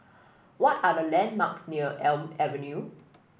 what are the landmarks near Elm Avenue